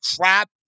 crap